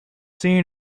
seen